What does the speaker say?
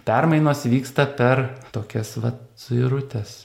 permainos vyksta per tokias va suirutes